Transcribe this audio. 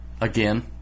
Again